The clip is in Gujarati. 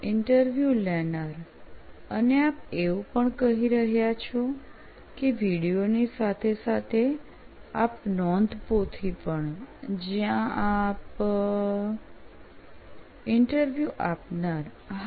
ઈન્ટરવ્યુ લેનાર અને આપ એવું પણ કહી રહ્યા છો કે વિડિઓ ની સાથે સાથે આપ નોંધપોથી પણ જ્યાં આપ ઈન્ટરવ્યુ આપનાર હા